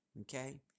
Okay